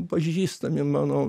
pažįstami mano